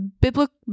biblical